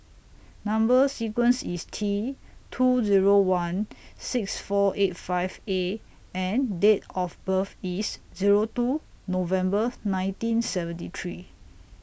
Number sequence IS T two Zero one six four eight five A and Date of birth IS Zero two November nineteen seventy three